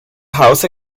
house